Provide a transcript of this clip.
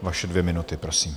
Vaše dvě minuty, prosím.